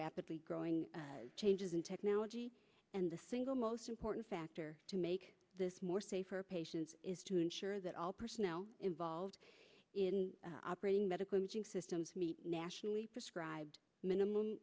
rapidly growing changes in technology and the single most important factor to make this more safe for patients is to ensure that all personnel involved in operating medical imaging systems meet nationally prescribed minim